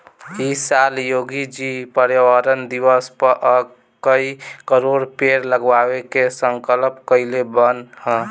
इ साल योगी जी पर्यावरण दिवस पअ कई करोड़ पेड़ लगावे के संकल्प कइले बानअ